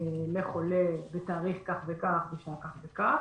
לחולה מאומת בתאריך כך וכך ובשעה כך וכך,